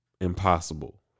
impossible